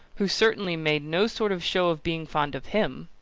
who certainly made no sort of show of being fond of him.